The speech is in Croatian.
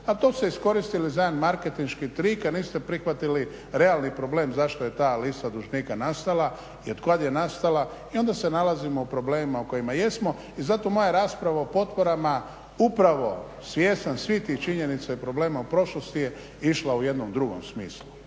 A to ste iskoristili za jedan marketinški trik, a niste prihvatili realni problem zašto je ta lista dužnika nastala i otkad je nastala. I onda se nalazimo u problemima u kojima jesmo. I zato moja rasprava o potporama upravo svjestan svih tih činjenica i problema u prošlosti je išla u jednom drugom smislu.